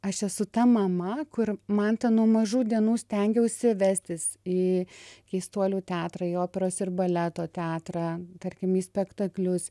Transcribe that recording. aš esu ta mama kur mantą nuo mažų dienų stengiausi vestis į keistuolių teatrą į operos ir baleto teatrą tarkim į spektaklius